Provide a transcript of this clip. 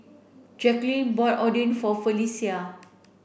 Jackeline bought Oden for Felecia